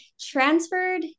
transferred